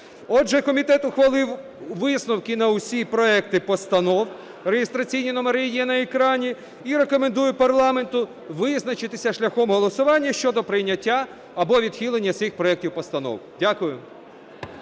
Отже, комітет ухвалив висновки на всі проекти постанов, реєстраційні номери є на екрані, і рекомендує парламенту визначатися шляхом голосування щодо прийняття або відхилення цих проектів постанов. Дякую.